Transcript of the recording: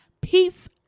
Peace